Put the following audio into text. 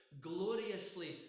gloriously